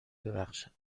بخشد